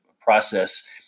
process